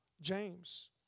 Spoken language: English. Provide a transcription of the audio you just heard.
James